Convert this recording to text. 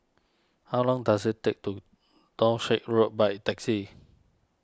how long does it take to Townshend Road by taxi